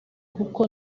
kuko